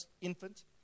infant